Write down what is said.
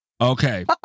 Okay